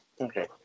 okay